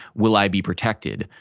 will i be protected?